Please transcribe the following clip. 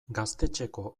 gaztetxeko